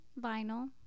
vinyl